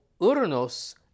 Uranus